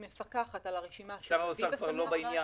היא מפקחת על הרשימה שהוא מביא בפניה --- שר האוצר כבר לא בעניין.